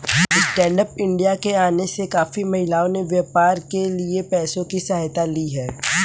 stand up India के आने से काफी महिलाओं ने व्यापार के लिए पैसों की सहायता ली है